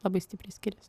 labai stipriai skiriasi